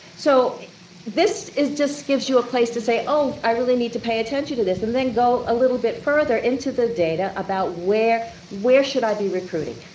so this is just gives a place to say, oh, i really need to pay attention to this and then go a little bit further into the data about where where should i be recruiting,